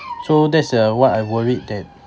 so that's uh what I worried that